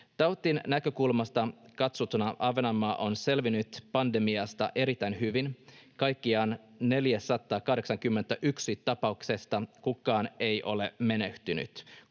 Tautinäkökulmasta katsottuna Ahvenanmaa on selvinnyt pandemiasta erittäin hyvin: kaikkiaan 481 tapauksesta kukaan ei ole menehtynyt.